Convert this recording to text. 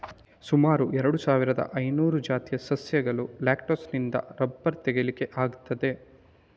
ಸುಮಾರು ಎರಡು ಸಾವಿರದ ಐನೂರು ಜಾತಿಯ ಸಸ್ಯಗಳ ಲೇಟೆಕ್ಸಿನಿಂದ ರಬ್ಬರ್ ತೆಗೀಲಿಕ್ಕೆ ಆಗ್ತದೆ